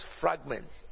fragments